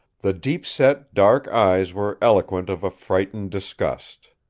the deep-set, dark eyes were eloquent of a frightened disgust.